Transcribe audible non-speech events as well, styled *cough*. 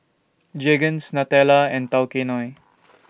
Jergens Nutella and Tao Kae Noi *noise*